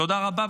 תודה רבה,